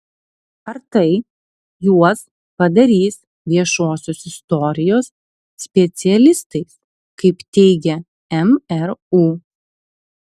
ar tai juos padarys viešosios istorijos specialistais kaip teigia mru